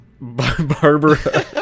Barbara